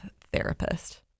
therapist